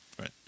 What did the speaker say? Right